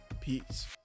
Peace